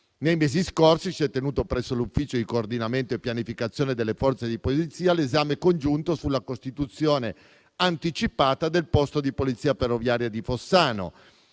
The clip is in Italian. Negli scorsi mesi si è tenuto presso l'ufficio coordinamento e pianificazione delle Forze di polizia l'esame congiunto sulla costituzione anticipata del posto di polizia ferroviaria di Fossano,